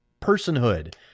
personhood